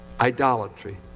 idolatry